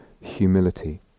humility